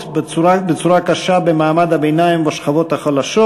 בצורה קשה במעמד הביניים ובשכבות החלשות,